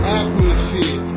atmosphere